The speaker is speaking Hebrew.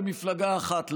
למפלגה אחת,